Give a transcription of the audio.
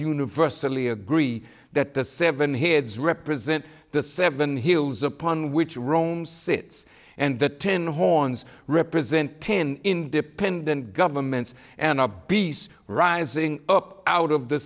universally agree that the seven heads represent the seven hills upon which rome sits and the ten horns represent ten independent governments and up peace rising up out of the